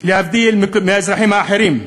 להבדיל מהאזרחים האחרים.